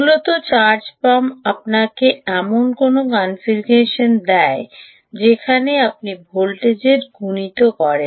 মূলত charge pump আপনাকে এমন কোনও কনফিগারেশন দেয় যেখানে আপনি ভোল্টেজের গুণিত করেন